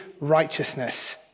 righteousness